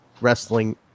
Wrestling